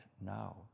now